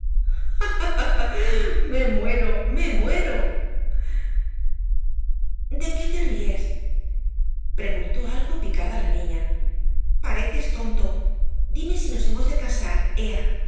me muero me muerooó de qué te ríes preguntó algo picada la niña pareces tonto dime si nos hemos de casar